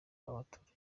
abaturage